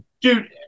Dude